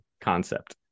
concept